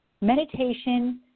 Meditation